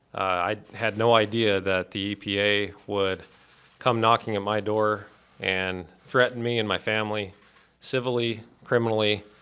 i had no idea that the epa would come knocking at my door and threaten me and my family civilly, criminally,